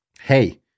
hey